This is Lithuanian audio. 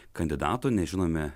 kandidatų nežinome